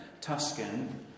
Tuscan